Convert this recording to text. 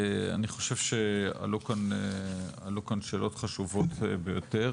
אני חושב שעלו כאן שאלות חשובות ביותר,